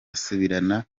asubirana